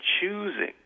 choosing